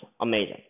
amazing